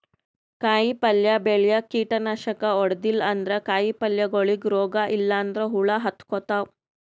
ಕಾಯಿಪಲ್ಯ ಬೆಳ್ಯಾಗ್ ಕೀಟನಾಶಕ್ ಹೊಡದಿಲ್ಲ ಅಂದ್ರ ಕಾಯಿಪಲ್ಯಗೋಳಿಗ್ ರೋಗ್ ಇಲ್ಲಂದ್ರ ಹುಳ ಹತ್ಕೊತಾವ್